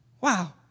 Wow